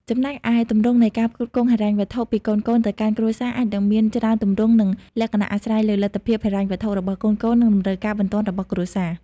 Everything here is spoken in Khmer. ចំណែកឯ ទម្រង់នៃការផ្គត់ផ្គង់ហិរញ្ញវត្ថុពីកូនៗទៅកាន់គ្រួសារ អាចនឹងមានច្រើនទម្រង់ និងលក្ខណៈ អាស្រ័យលើលទ្ធភាពហិរញ្ញវត្ថុរបស់កូនៗ និងតម្រូវការបន្ទាន់របស់គ្រួសារ។